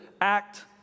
act